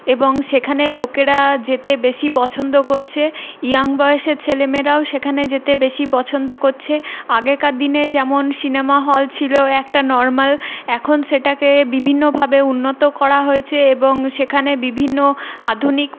এবং সেখানে লোকেরা যেতে বেশি পছন্দ করছে ইয়াং বয়সের ছেলেমেয়েরাও সেখানে যেতে বেশি পছন্দ করছে আগেকার দিনে যেমন সিনেমা হল ছিল একটা নর্মাল এখন সেটাকে বিভিন্নভাবে উন্নত করা হয়েছে এবং সেখানে বিভিন্ন আধুনিক